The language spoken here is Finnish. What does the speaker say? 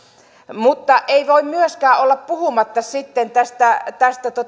mutta ei voi myöskään olla puhumatta sitten tästä tästä